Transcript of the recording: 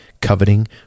coveting